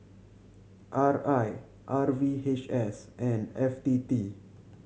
R I R V H S and F T T